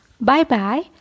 Bye-bye